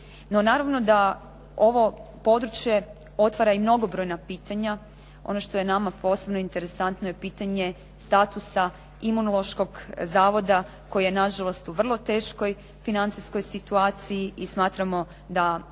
naravno da ovo područje otvara i mnogobrojna pitanja. Ono što je nama posebno interesantno je pitanje statusa imunološkog zavoda koji je na žalost u vrlo teškoj financijskoj situaciji i smatramo da